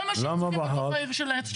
כל מה שצריך להיות בעיר שלהם.